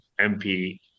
MP